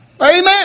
Amen